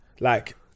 like-